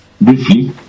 briefly